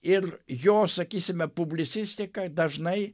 ir jo sakysime publicistika dažnai